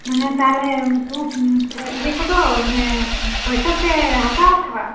ᱢᱟᱱᱮ ᱛᱟᱦᱚᱞᱮ ᱩᱱᱠᱩ ᱯᱮ ᱤᱭᱟᱹ ᱠᱚᱫᱚ ᱚᱱᱮ ᱯᱚᱭᱥᱟ ᱯᱮ ᱦᱟᱛᱟᱣᱟ ᱟᱥᱮ ᱵᱟᱝ